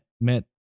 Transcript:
met